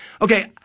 Okay